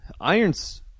Irons